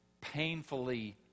painfully